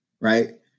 Right